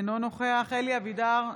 אינו נוכח אלי אבידר,